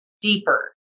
deeper